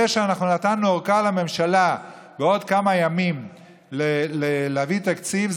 זה שאנחנו נתנו ארכה לממשלה של עוד כמה ימים להביא תקציב,